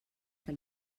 que